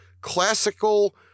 classical